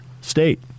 State